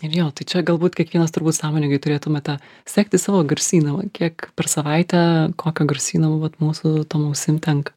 ir jo tai čia galbūt kiekvienas turbūt sąmoningai turėtume tą sekti savo garsyną va kiek per savaitę kokio garsyno vat mūsų tom ausim tenka